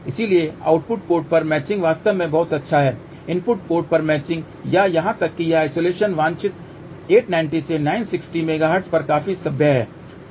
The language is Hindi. इसलिए आउटपुट पोर्ट पर मैचिंग वास्तव में बहुत अच्छा है इनपुट पोर्ट पर मैचिंग या यहां तक कि यह आइसोलेशन वांछित 890 से 960 मेगाहर्ट्ज पर काफी सभ्य है